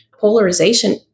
polarization